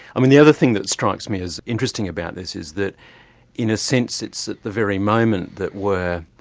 um and the other thing that strikes me as interesting about this is that in a sense it's at the very moment that we're